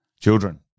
Children